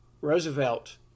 Roosevelt